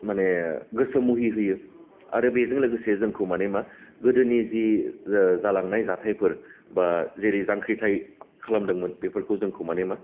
माने गोसो मुहि होयो आरो बेजों लोगोसे जोंखौ माने मा गोदोनि जि जालांनाय जाथायफोर बा जेरै जांख्रिथाय खालामदोंमोन बेफोरखौ जोंखौ माने मा